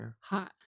Hot